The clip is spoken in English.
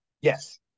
yes